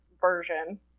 version